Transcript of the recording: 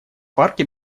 парке